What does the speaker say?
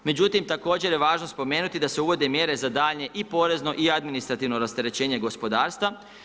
Međutim, također je važno spomenuti da se uvode mjere za daljnje i porezno i administrativno rasterećenje gospodarstva.